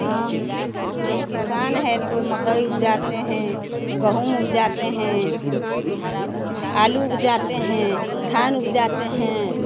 हाँ हम किसान है तो मकई उपजाते हैं गेहूँ उपजाते हैं आलू उपजाते हैं धान उपजाते हैं